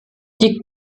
die